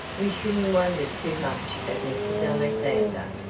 we shouldn't wonder too much at mrs. alexander.